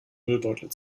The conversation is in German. müllbeutel